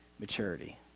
maturity